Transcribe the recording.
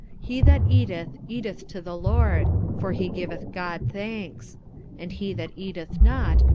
he that eateth, eateth to the lord, for he giveth god thanks and he that eateth not,